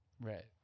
right